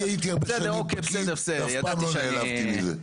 אני הייתי הרבה שנים פקיד ואף פעם לא נעלבתי מזה.